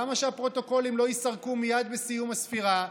למה שהפרוטוקולים לא ייסרקו מייד בסיום הספירה?